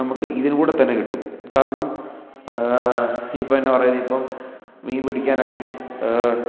നമുക്ക് ഇതിലൂടെ തന്നെ കിട്ടും കാരണം ഇപ്പന്ന പറയുന്ന ഇപ്പം മീൻ പിടിക്കാൻ ഒക്കെ